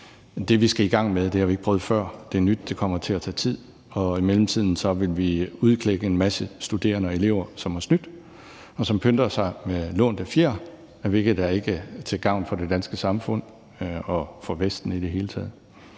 det, vi skal i gang med, har vi ikke prøvet før. Det er nyt, det kommer til at tage tid, og i mellemtiden vil vi udklække en masse studerende og elever, som har snydt, og som pynter sig med lånte fjer, hvilket ikke er til gavn for det danske samfund eller for Vesten i det hele taget.